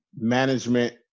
management